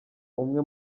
umwe